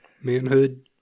manhood